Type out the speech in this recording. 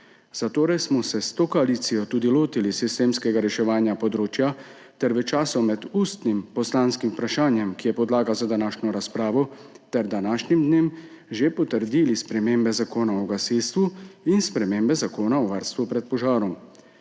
Zatorej smo se s to koalicijo tudi lotili sistemskega reševanja področja ter v času med ustnim poslanskim vprašanjem, ki je podlaga za današnjo razpravo, ter današnjim dnem že potrdili spremembe Zakona o gasilstvu in spremembe Zakona o varstvu pred požarom.